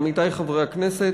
עמיתי חברי הכנסת,